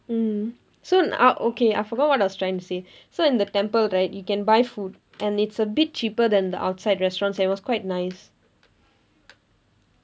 mm so uh okay I forgot what I was trying to say so in the temple right you can buy food and it's a bit cheaper than the outside restaurants and it was quite nice